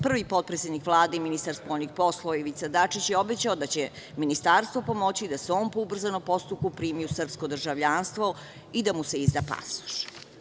Prvi potpredsednik Vlade i ministar spoljnih poslova Ivica Dačić je obećao da će Ministarstvo pomoći da se on po ubrzanom postupku primi u srpsko državljanstvo i da mu se izda pasoš.